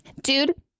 Dude